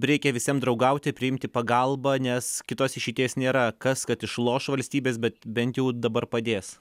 reikia visiem draugauti priimti pagalbą nes kitos išeities nėra kas kad išloš valstybės bet bent jau dabar padės